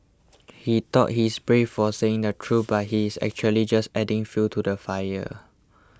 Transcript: he thought he's brave for saying the truth but he is actually just adding fuel to the fire